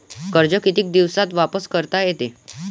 कर्ज कितीक दिवसात वापस करता येते?